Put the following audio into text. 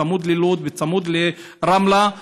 צמוד ללוד וצמוד לרמלה.